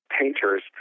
painters